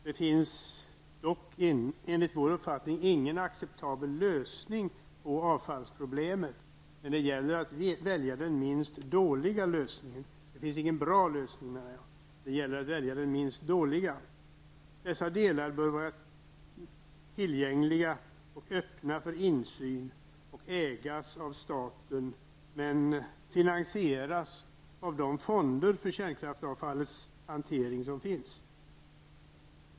Det finns dock enligt vår uppfattning ingen bra lösning på avfallsproblemet, men det gäller att välja den minst dåliga lösningen. Dessa delar bör vara tillgängliga och öppna för insyn och ägas av staten men finansieras av de fonder för kärnkraftsavfallets hantering som finns.